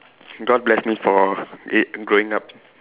god bless me for it growing up